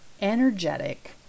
energetic